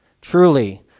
Truly